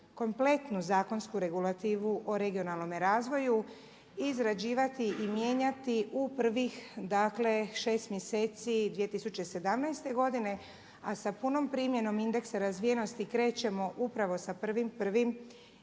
kompletnu zakonsku regulativu o regionalnome razvoju izrađivati i mijenjati u prvih, dakle šest mjeseci 2017. godine, a sa punom primjenom indeksa razvijenosti krećemo upravo sa 1.1.2018.